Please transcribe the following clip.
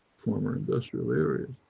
former industrial areas,